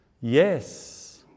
Yes